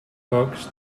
pocs